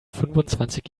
fünfundzwanzig